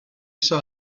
saw